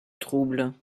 trouble